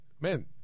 man